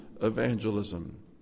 evangelism